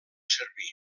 servir